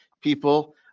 people